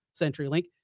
CenturyLink